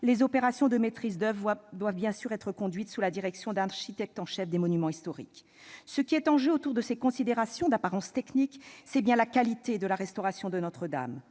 les opérations de maîtrise d'oeuvre doivent bien sûr être conduites sous la direction d'un architecte en chef des monuments historiques. Ce qui est en jeu autour de ces considérations d'apparence technique, c'est bien la qualité de la restauration de Notre-Dame.